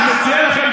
ואני מציע לכם,